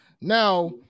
Now